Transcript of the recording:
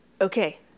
okay